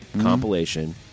compilation